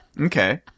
Okay